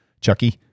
Chucky